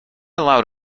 loud